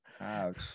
Ouch